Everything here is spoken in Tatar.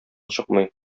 чыкмый